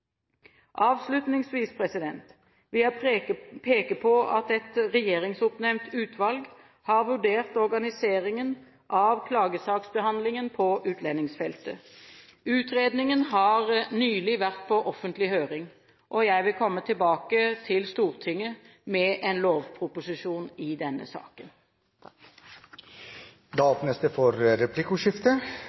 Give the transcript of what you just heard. vil jeg peke på at et regjeringsoppnevnt utvalg har vurdert organiseringen av klagesaksbehandlingen på utlendingsfeltet. Utredningen har nylig vært på offentlig høring. Jeg vil komme tilbake til Stortinget med en lovproposisjon i denne saken. Det blir replikkordskifte.